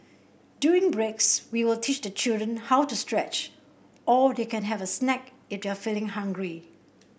during breaks we will teach the children how to stretch or they can have a snack if they're feeling hungry